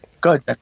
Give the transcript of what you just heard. Good